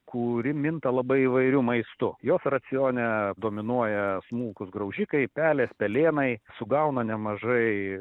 kuri minta labai įvairiu maistu jos racione dominuoja smulkūs graužikai pelės pelėnai sugauna nemažai